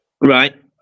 Right